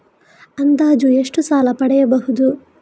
ಅಂದಾಜು ಎಷ್ಟು ಸಾಲ ಪಡೆಯಬಹುದು?